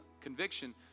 conviction